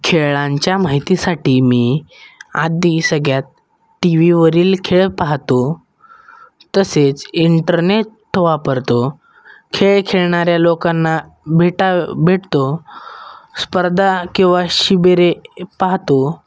खेळांच्या माहितीसाठी मी आधी सगळ्यात टी व्हीवरील खेळ पाहतो तसेच इंटरनेट वापरतो खेळ खेळणाऱ्या लोकांना भेटा भेटतो स्पर्धा किंवा शिबिरे पाहतो